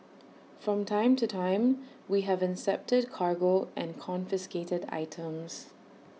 from time to time we have incepted cargo and confiscated items